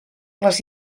les